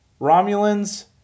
Romulans